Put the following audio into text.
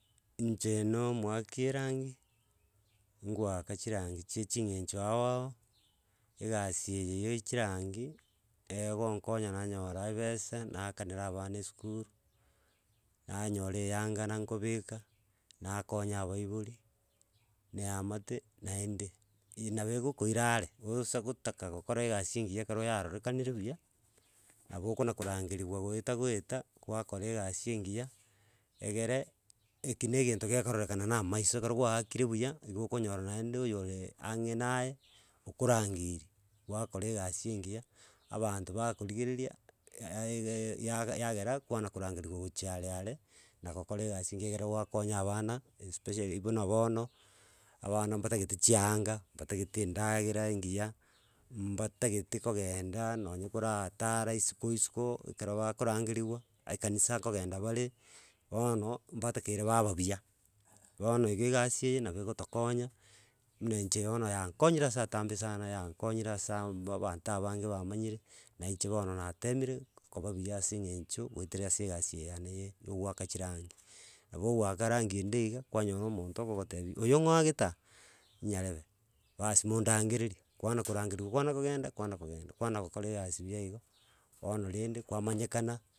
Inche no mwake erangi, ngoaka chirangi chie ching'encho ao ao, egasi eye ya chirangi egonkonya nanyora ebesa naakanera abana esukuru, nanyora eyanga na nkobeka, nakonya abaibori, na eamate, naende, i nabo ogokoira are, oisa gotaka gokora egasi engiya ekero yarorekanire buya nabo okona korangeriwa goeta goeta, kwakora egasi engiya, egere ekio na egento gekororekana na amaiso ekero gwaakire buya, igo okonyora naende oyo ore ang'e naye okorangeirie. Gwakora egasi engiya, abanto bakorigereria yaega yaaaga yagera kwana korangeriwa gochia are are nagokora egasi engiya ekerowa gwakonya abana, especially buna bono, abana mbatagete chianga, mbatagete endagera engiya mbatagete kogenda nonye koraaatara isiko isiko, ekero bakorangeriwa, ekanisa kogenda bare bono, mbatakeire baba buya bono iga egasi eye nabo egotokonya, muna inche bono yankonyire ase atambe sana yankonyire ase amba abanto abange bamanyire, na inche bono natemire, koba buya ase eng'encho goetera ase egasi eye yane ye ya ogwaka chirangi. Nabo ogwaaka rangi ende iga, kwanyora omonto okogotebi oyo ng'o oagete aa, nyarebe, bas mondagereri kwanakorangeriwa kwanakogenda kwanakogenda kwana gokora egasi buya igo bono rende kwamanyekana.